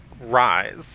rise